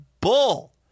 bull